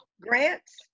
grants